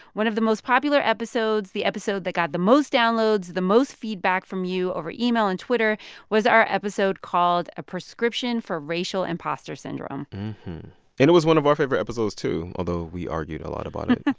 one of the most popular episodes, the episode that got the most downloads, the most feedback from you over email and twitter was our episode called a prescription for racial impostor syndrome and it was one of our favorite episodes too, although we argued a lot about it behind